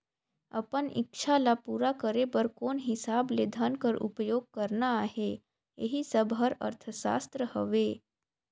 अपन इक्छा ल पूरा करे बर कोन हिसाब ले धन कर उपयोग करना अहे एही सब हर अर्थसास्त्र हवे